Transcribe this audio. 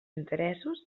interessos